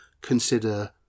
consider